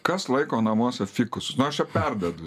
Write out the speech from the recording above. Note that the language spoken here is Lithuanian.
kas laiko namuose fikusus nu aš čia perdedu